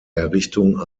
errichtung